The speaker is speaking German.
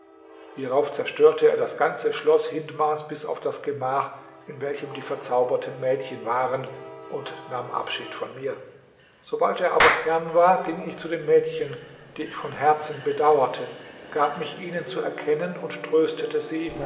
hierauf zerstörte er das ganze schloß hindmars bis auf das gemach in welchem die verzauberten mädchen waren und nahm abschied von mir sobald er aber fern war ging ich zu den mädchen die ich von herzen bedauerte gab mich ihnen zu erkennen und tröstete sie